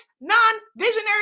non-visionary